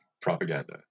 propaganda